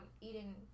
eating